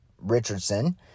Richardson